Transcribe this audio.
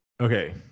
okay